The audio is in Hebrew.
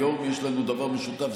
היום יש לנו דבר משותף,